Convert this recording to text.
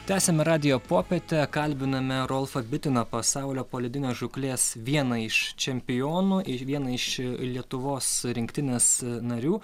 tęsiame radijo popietą kalbiname rolfą bitiną pasaulio poledinės žūklės vieną iš čempionų ir vieną iš lietuvos rinktinės narių